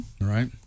right